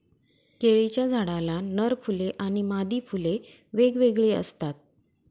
केळीच्या झाडाला नर फुले आणि मादी फुले वेगवेगळी असतात